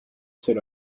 seul